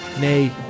nay